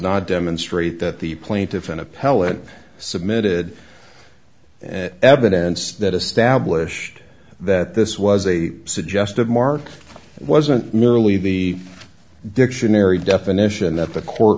not demonstrate that the plaintiff an appellant submitted evidence that established that this was a suggested mark wasn't merely the dictionary definition that the court